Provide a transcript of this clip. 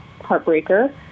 heartbreaker